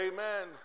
Amen